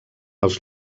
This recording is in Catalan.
els